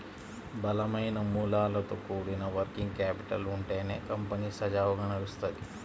బలమైన మూలాలతో కూడిన వర్కింగ్ క్యాపిటల్ ఉంటేనే కంపెనీ సజావుగా నడుత్తది